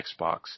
Xbox